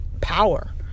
power